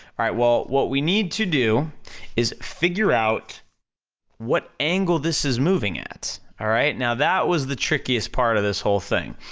alright, well what we need to do is figure out what angle this is moving at, alright? now that was the trickiest part of this whole thing.